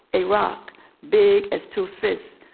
a rock big as two fists.